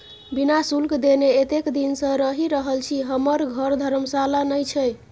बिना शुल्क देने एतेक दिन सँ रहि रहल छी हमर घर धर्मशाला नहि छै